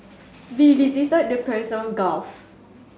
we visited the Persian Gulf